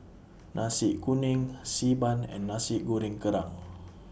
Nasi Kuning Xi Ban and Nasi Goreng Kerang